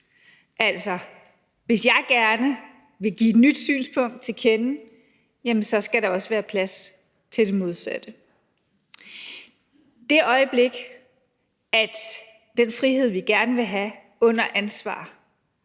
Altså, hvis jeg gerne vil give et nyt synspunkt til kende, skal der også være plads til det modsatte. Det øjeblik, at den frihed, vi gerne vil have under ansvar,